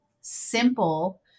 simple